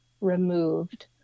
removed